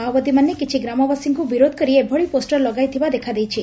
ମାଓବାଦୀମାନେ କିଛି ଗ୍ରାମବାସୀଙ୍କୁ ବିରୋଧ କରି ଏଭଳି ପୋଷର ଲଗାଇଥିବା ଦେଖାଯାଇଛି